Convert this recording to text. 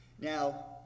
Now